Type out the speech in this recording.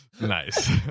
Nice